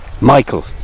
Michael